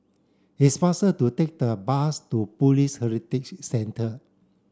it's faster to take the bus to Police Heritage Centre